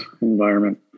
environment